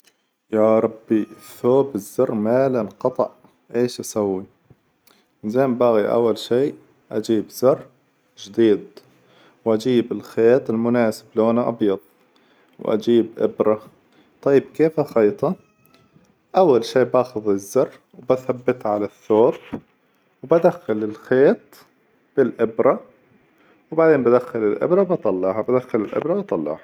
يا ربي الثوب الزر مالا انقطع إيش أسوي؟ إذا باغي اول شي أجيب زر جديد، وأجيب الخيط المناسب لونه أبيظ، وأجيب إبرة، طيب، كيف أخيطه؟ أول شي باخذ الزر وبثبته على الثوب، وبدخل الخيط بالإبرة، وبعدين بدخل الإبرة وبطلعها، بدخل الإبرة وبطلعها.